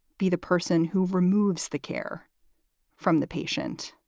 be the person who removes the care from the patient